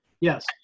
Yes